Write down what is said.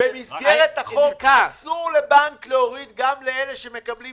במסגרת החוק אסור לבנק להוריד גם לאלה שמקבלים